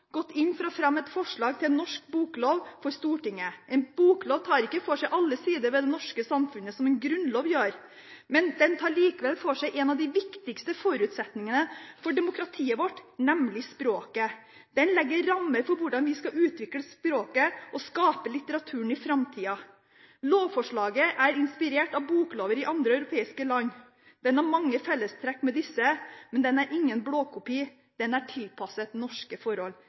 gått inn for å fremme et forslag til norsk boklov for Stortinget. En boklov tar ikke for seg alle sider ved det norske samfunnet som en grunnlov gjør, den tar likevel for seg en av de viktigste forutsetningene for demokratiet vårt, nemlig språket. Den legger rammene for hvordan vi skal utvikle språket og skape litteraturen i framtida. Lovforslaget er inspirert av boklover i andre europeiske land. Den har mange fellestrekk med disse, men den er ingen blåkopi, den er tilpasset norske forhold.»